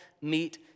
meet